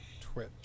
Twitch